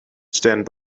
stand